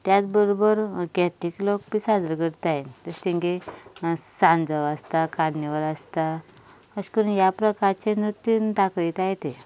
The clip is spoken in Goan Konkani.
त्याच बरोबर कॅथलीक लोक बी साजरो करतात तांचो सांजांव आसता कार्निवाल आसता अशें करून ह्या प्रकाराचे नृत्य दाखयतात ते